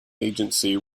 agency